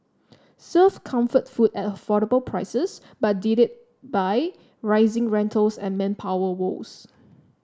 served comfort food at affordable prices but did it by rising rentals and manpower woes